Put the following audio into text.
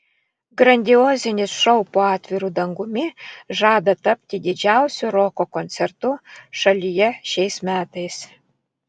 grandiozinis šou po atviru dangumi žada tapti didžiausiu roko koncertu šalyje šiais metais